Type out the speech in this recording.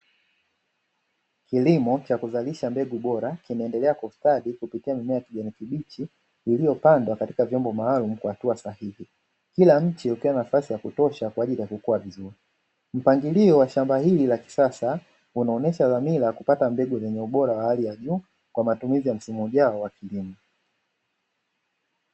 Kilimo cha kuzalisha mbegu bora kimeendelea kustadi kupitia mimea ya kijani kibichi iliyopandwa katika vyombo maalumu kwa hatua sahihi, kila mche ukiwa na nafasi ya kutosha kwa ajili ya kukua vizuri, mpangilio wa shamba hili la kisasa unaonyesha dhamira kupata mbegu zenye ubora wa hali ya juu kwa matumizi ya msimu ujao wa kilimo.